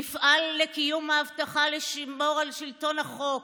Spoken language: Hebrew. נפעל לקיום ההבטחה לשמור על שלטון החוק,